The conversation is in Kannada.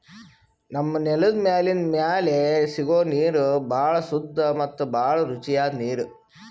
ನಮ್ಮ್ ನೆಲದ್ ಮ್ಯಾಲಿಂದ್ ಮ್ಯಾಲೆ ಸಿಗೋ ನೀರ್ ಭಾಳ್ ಸುದ್ದ ಮತ್ತ್ ಭಾಳ್ ರುಚಿಯಾದ್ ನೀರ್